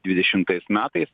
dvidešimtais metais